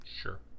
Sure